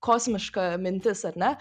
kosmiška mintis ar ne